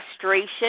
frustration